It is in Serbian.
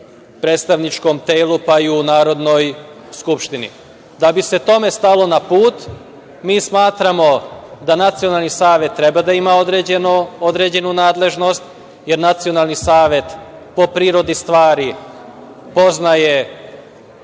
predstavničkom telu, pa i u Narodnoj skupštini. Da bi se tome stalo na put, mi smatramo da Nacionalni savet treba da ima određenu nadležnost, jer Nacionalni savet po prirodi stvari poznaje